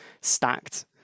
stacked